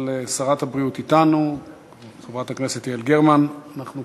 אבל שרת הבריאות, חברת הכנסת יעל גרמן, אתנו.